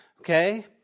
Okay